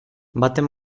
baten